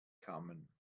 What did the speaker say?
kamen